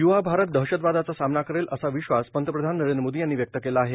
युवा भारत दहशतवादाचा सामना करेल असा विश्वास पंतप्रधान नरेंद्र मोदी यांनी व्यक्त केला आहे